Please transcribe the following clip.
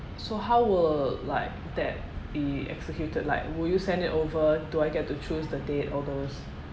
so how will like that be executed like will you send it over do I get to choose the date all those